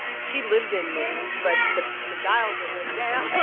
she lives in me, but the the dials are way down.